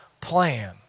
plan